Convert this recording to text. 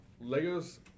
Lego's